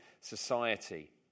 society